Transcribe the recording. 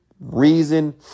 reason